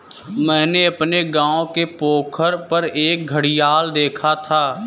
मैंने अपने गांव के पोखर पर एक घड़ियाल देखा था